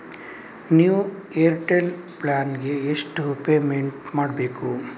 New Airtel plan ಗೆ ಎಷ್ಟು payment ಮಾಡ್ಬೇಕು?